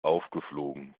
aufgeflogen